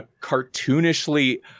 cartoonishly